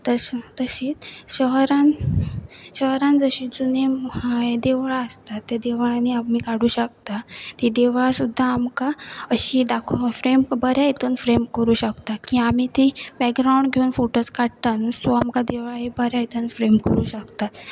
तशीच शहरान शहरान जशी जूनी देवळां आसता त्या देवळांनी आमी काडूं शकता तीं देवळां सुद्दां आमकां अशी दाखो फ्रेम बऱ्या हितून फ्रेम करूं शकता की आमी ती बॅकग्रावंड घेवन फोटोज काडटा सो आमकां देवळां ही बऱ्या हितन फ्रेम करूं शकतात